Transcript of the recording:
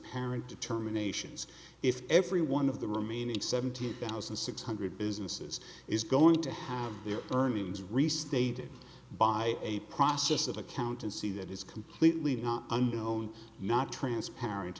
parent determinations if every one of the remaining seventeen thousand six hundred businesses is going to have their earnings restated by a process that accountancy that is completely not under no not transparent